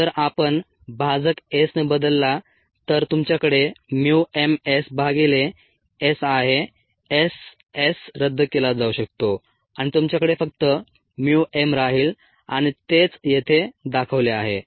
जर आपण भाजक s ने बदलला तर तुमच्याकडे mu m s भागिले S आहे S S रद्द केला जाऊ शकतो आणि तुमच्याकडे फक्त mu m राहील आणि तेच येथे दाखवले आहे